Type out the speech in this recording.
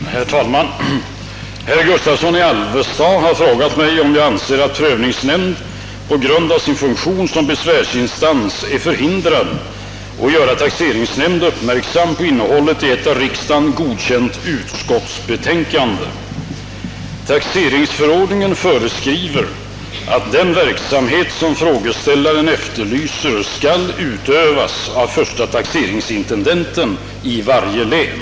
Herr talman! Herr Gustavsson i Alvesta har frågat mig om jag anser att prövningsnämnd på grund av sin funktion som besvärsinstans är förhindrad att göra taxeringsnämnd uppmärksam på innehållet i ett av riksdagen godkänt utskottsbetänkande. Taxeringsförordningen << föreskriver att den verksamhet som frågeställaren efterlyser skall utövas av förste taxeringsintendenten i varje län.